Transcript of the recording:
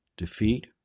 Defeat